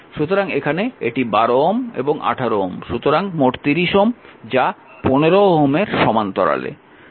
সুতরাং এখানে এটি 12Ω এবং 18Ω সুতরাং মোট 30Ω যা 15 Ω এর সমান্তরালে